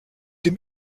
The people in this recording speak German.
dem